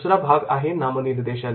दुसरा भाग म्हणजे नामनिर्देशन